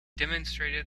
demonstrated